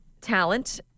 talent